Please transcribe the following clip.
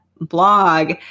blog